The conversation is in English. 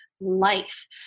life